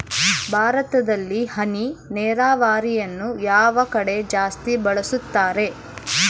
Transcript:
ಭಾರತದಲ್ಲಿ ಹನಿ ನೇರಾವರಿಯನ್ನು ಯಾವ ಕಡೆ ಜಾಸ್ತಿ ಬಳಸುತ್ತಾರೆ?